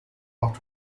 hot